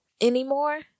anymore